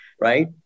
right